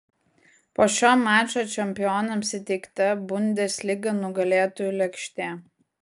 po šio mačo čempionams įteikta bundesliga nugalėtojų lėkštė